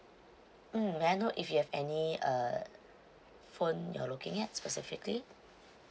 mm may I know if you have any uh phone you are looking at specifically